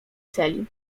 celi